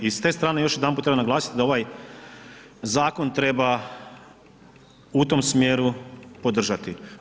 I s te strane još jedanput treba naglasiti da ovaj zakon treba u tom smjeru podržati.